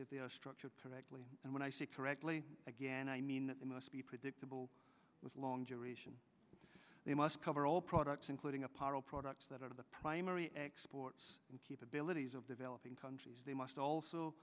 if they are structured correctly and when i say correctly again i mean that they must be predictable with long duration they must cover all products including apparel products that are the primary exports and keep abilities of developing countries they must also